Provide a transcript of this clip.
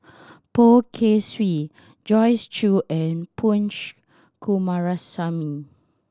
Poh Kay Swee Joyce Jue and Punch Coomaraswamy